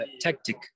tactic